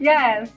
Yes